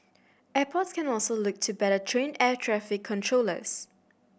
airports can also look to better train air traffic controllers